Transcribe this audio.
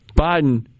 Biden